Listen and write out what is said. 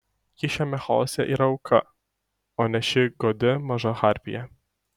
ji šiame chaose yra auka o ne ši godi maža harpija